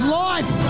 life